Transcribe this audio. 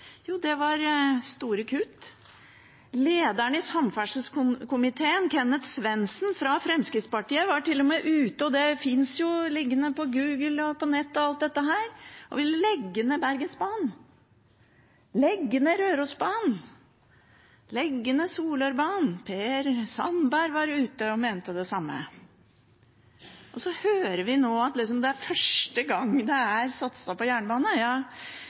Jo, det var store kutt. Lederen i samferdselskomiteen, Kenneth Svendsen fra Fremskrittspartiet, var til og med ute – og det finnes jo på Google, på nettet – og ville legge ned Bergensbanen, legge ned Rørosbanen, legge ned Solørbanen. Og Per Sandberg var ute og mente det samme. Så hører vi nå at det liksom er første gangen det er satset på